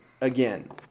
again